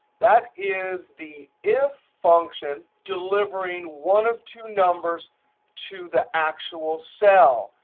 that is the if function delivering one of two numbers to the actual cell,